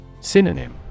Synonym